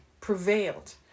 prevailed